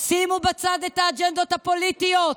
שימו בצד את האג'נדות הפוליטיות,